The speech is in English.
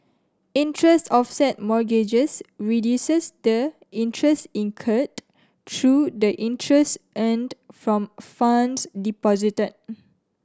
interest offset mortgages reduces the interest incurred through the interest earned from funds deposited